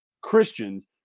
christians